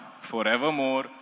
forevermore